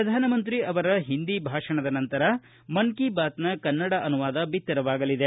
ಪ್ರಧಾನಮಂತ್ರಿ ಅವರ ಹಿಂದಿ ಭಾಷಣದ ನಂತರ ಮನ್ ಕಿ ಬಾತ್ನ ಕನ್ನಡ ಅನುವಾದ ಬಿತ್ತರವಾಗಲಿದೆ